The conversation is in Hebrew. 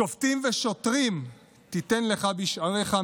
"שפטים ושטרים תתן לך בכל שעריך",